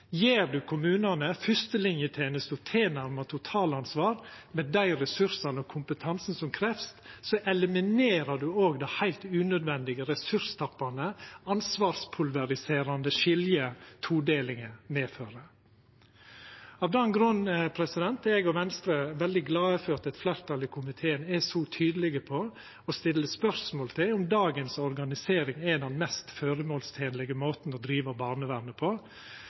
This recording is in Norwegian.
du kommunane, fyrstelinjetenesta, tilnærma totalansvar for dei ressursane og kompetansen som krevst, eliminerer du òg det som det heilt unødvendige, ressurstappande og ansvarspulveriserande skiljet, todelinga, medfører. Av den grunnen er eg og Venstre veldig glade for at eit fleirtalet i komiteen er så tydeleg på å stilla spørsmål ved om dagens organisering er den mest føremålstenlege måten å driva barnevernet på.